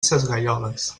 sesgueioles